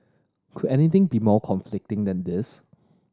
could anything be more conflicting than this